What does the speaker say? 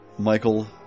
Michael